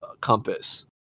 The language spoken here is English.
compass